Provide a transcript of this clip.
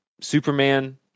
Superman